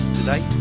today